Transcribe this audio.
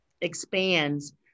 expands